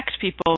people